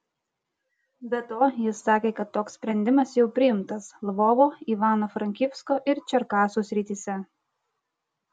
be to jis sakė kad toks sprendimas jau priimtas lvovo ivano frankivsko ir čerkasų srityse